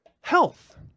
Health